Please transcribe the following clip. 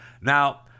Now